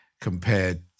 compared